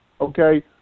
Okay